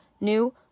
new